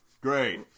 great